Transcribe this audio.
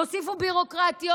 יוסיפו ביורוקרטיות.